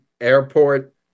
airport